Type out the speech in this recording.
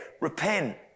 repent